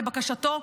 לבקשתו,